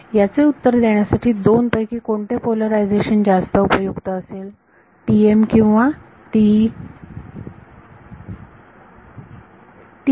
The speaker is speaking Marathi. याचे उत्तर देण्यासाठी दोन पैकी कोणते पोलरायझेशन जास्त उपयुक्त असेल TM किंवा TE